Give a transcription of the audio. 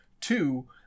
Two